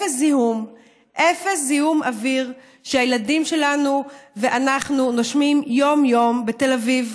אפס זיהום אוויר שהילדים שלנו ואנחנו נושמים יום-יום בתל אביב,